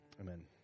Amen